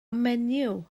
menyw